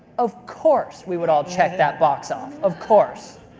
of course, we would all check that box off. of course.